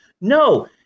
No